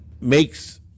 makes